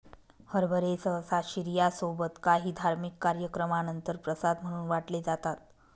हरभरे सहसा शिर्या सोबत काही धार्मिक कार्यक्रमानंतर प्रसाद म्हणून वाटले जातात